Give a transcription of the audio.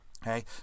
Okay